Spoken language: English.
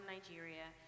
Nigeria